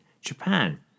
Japan